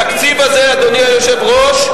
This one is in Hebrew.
התקציב הזה, אדוני היושב-ראש,